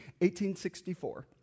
1864